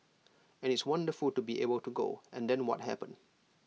and it's wonderful to be able to go and then what happened